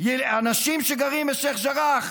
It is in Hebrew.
אנשים שגרים בשייח' ג'ראח,